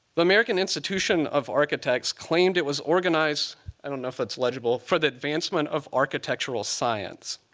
the american institution of architects claimed it was organized i don't know if that's legible for the advancement of architectural science.